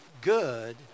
good